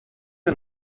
wir